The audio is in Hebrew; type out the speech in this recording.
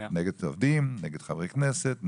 נגד העובדים, נגד חברי כנסת.